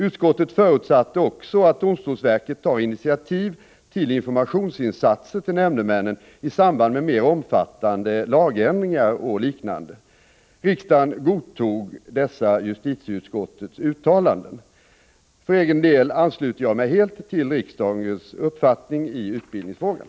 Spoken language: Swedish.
Utskottet förutsatte också att domstolsverket tar initiativ till informationsinsatser till nämndemännen i samband med mer omfattande lagändringar eller liknande. För egen del ansluter jag mig helt till riksdagens uppfattning i utbildningsfrågan.